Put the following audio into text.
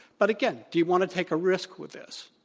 but, again, do you want to take a risk with this?